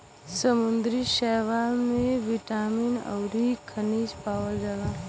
समुंदरी शैवाल में बिटामिन अउरी खनिज पावल जाला